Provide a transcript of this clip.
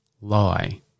lie